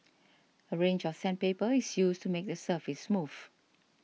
a range of sandpaper is used to make the surface smooth